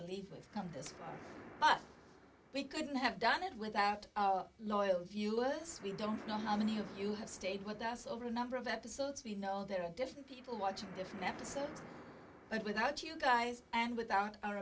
believe we've come this far but we couldn't have done it without loyal viewers we don't know how many of you have stayed with us over a number of episodes we know there are different people watching different episodes and without you guys and without